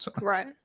Right